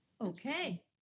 Okay